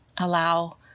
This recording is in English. allow